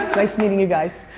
nice meeting you guys.